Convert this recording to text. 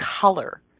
color